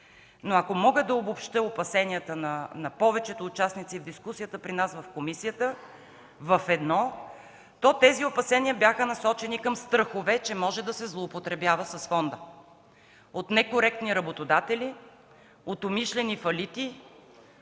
Ако мога да обобщя опасенията на повечето участници в дискусията при нас в комисията, в едно опасение, то беше насочено към страхове, че може да се злоупотребява с фонда – от некоректни работодатели, от умишлени фалити,